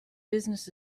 business